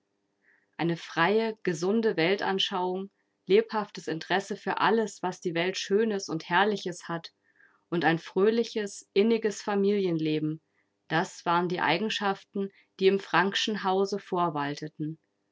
eine freie gesunde weltanschauung lebhaftes interesse für alles was die welt schönes und herrliches hat und ein fröhliches inniges familienleben das waren die eigenschaften die im frankschen hause